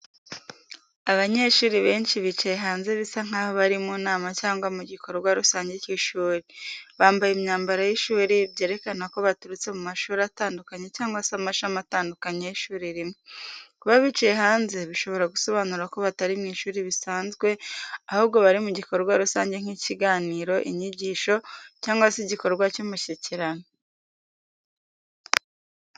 Abanyeshuri benshi bicaye hanze bisa nk’aho bari mu nama cyangwa mu gikorwa rusange cy’ishuri. Bambaye imyambaro y’ishuri, byerekana ko baturutse mu mashuri atandukanye cyangwa se amashami atandukanye y’ishuri rimwe. Kuba bicaye hanze bishobora gusobanura ko batari mu ishuri bisanzwe, ahubwo bari mu gikorwa rusange nk’ikiganiro, inyigisho cyangwa se igikorwa cy’umushyikirano.